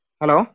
Hello